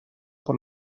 por